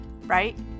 right